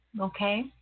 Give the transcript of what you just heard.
Okay